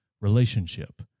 relationship